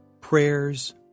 prayers